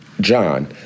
John